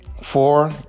Four